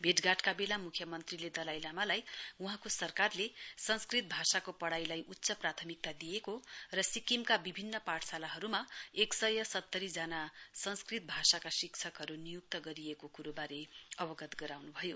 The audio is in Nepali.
भेटघाटका वेला म्ख्यमन्त्रीले दलाई लामालाई वहाँको सरकारले संस्कृत भाषाको पढ़ाईलाई उच्च प्राथमिक्ता दिएको र सिक्किमका विभिन्न पाठशालाहरूमा एकसय सत्तरीजना संस्कृत भाषाका शिक्षकहरू नियुक्त गरिएको कुरोबारे अवगत गराउनुभयो